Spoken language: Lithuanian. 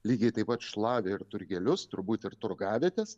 lygiai taip pat šlavė ir turgelius turbūt ir turgavietės